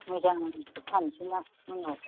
मोजांखौ फानसैमा उनाव